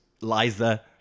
Liza